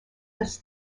this